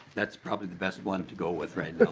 that's probably the best one to go with.